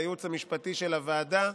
לייעוץ המשפטי של הוועדה,